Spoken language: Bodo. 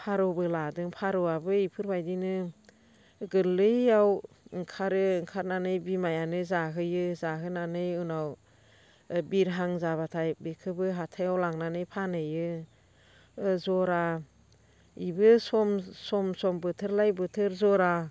फारौबो लादों फारौआबो बेफोरबायदिनो गोरलैयाव ओंखारो ओंखारनानै बिमायानो जाहोयो जाहोनानै उनाव बिरहां जाबाथाय बेखौबो हाथायाव लांनानै फानहैयो जरा बेबो सम सम बोथोर लायै बोथोर जरा